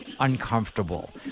uncomfortable